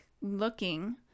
looking